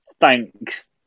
thanks